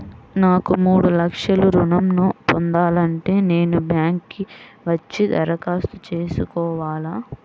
నాకు మూడు లక్షలు ఋణం ను పొందాలంటే నేను బ్యాంక్కి వచ్చి దరఖాస్తు చేసుకోవాలా?